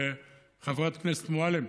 וחברת הכנסת מועלם,